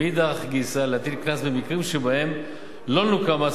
ומאידך גיסא להטיל קנס במקרים שבהם לא נוכה מס